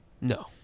No